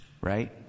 right